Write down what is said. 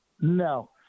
No